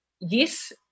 yes